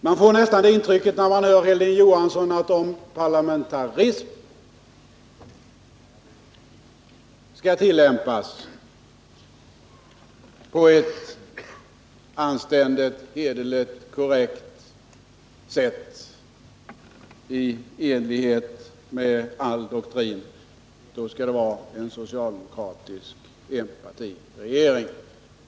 Man får nästan det intrycket när man hör Hilding Johansson, att om parlamentarism skall tillämpas på ett anständigt, hederligt och korrekt sätt i enlighet med all doktrin, skall det vara en socialdemokratisk enpartiregering.